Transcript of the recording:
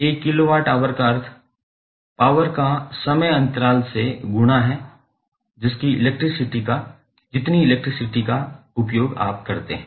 1 kilowatt hour का अर्थ power का समय अंतराल से गुणा है जितनी इलेक्ट्रिसिटी का उपभोग आप करते हैं